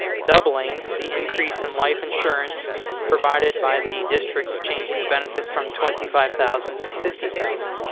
doubling the increase in life insurance provided by the district, changing the benefit from twenty five thousand to fifty thousand.